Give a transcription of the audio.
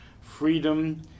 freedom